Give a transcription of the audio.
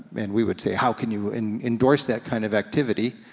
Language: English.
and we would say, how can you and endorse that kind of activity?